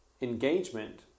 engagement